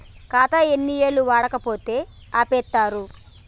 ఖాతా ఎన్ని ఏళ్లు వాడకపోతే ఆపేత్తరు?